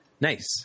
Nice